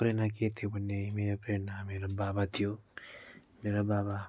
प्रेरणा के थियो भन्ने मेरो प्रेरणा मेरो बाबा थियो मेरो बाबा